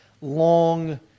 long –